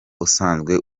usanzwe